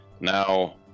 Now